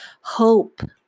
Hope